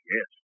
Yes